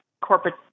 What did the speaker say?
corporate